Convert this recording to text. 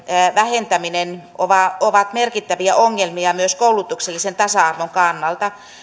vähentäminen ovat ovat merkittäviä ongelmia myös koulutuksellisen tasa arvon kannalta